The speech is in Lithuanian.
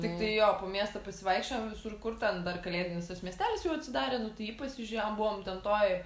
tiktai jo po miestą pasivaikščiojom visur kur ten dar kalėdinis miestelis jau atsidarė nu tai jį pasižiūėjom buvom ten toj